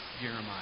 Jeremiah